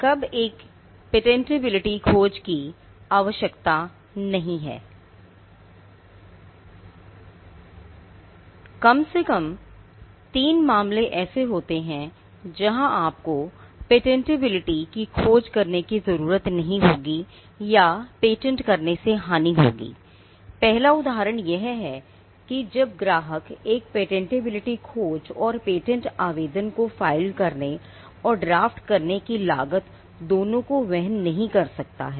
कम से कम तीन मामले ऐसे होते हैं जहां आपको पेटेंटबिलिटी खोज और पेटेंट आवेदन को फाइल करने और ड्राफ्ट करने की लागत दोनों को वहन नहीं कर सकता है